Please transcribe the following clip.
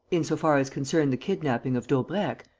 in so far as concerned the kidnapping of daubrecq,